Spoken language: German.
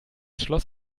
schloss